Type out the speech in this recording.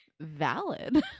valid